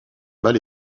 bal